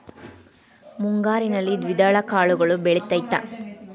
ಮುಂಗಾರಿನಲ್ಲಿ ದ್ವಿದಳ ಕಾಳುಗಳು ಬೆಳೆತೈತಾ?